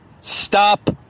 Stop